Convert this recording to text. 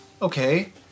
Okay